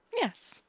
Yes